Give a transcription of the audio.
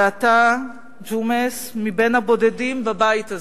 ואתה, ג'ומס, מהבודדים בבית הזה,